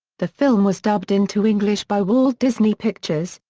the film was dubbed into english by walt disney pictures,